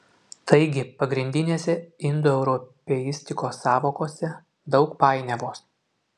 taigi pagrindinėse indoeuropeistikos sąvokose daug painiavos